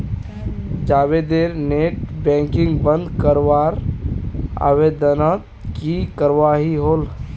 जावेदेर net banking बंद करवार आवेदनोत की कार्यवाही होल?